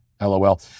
LOL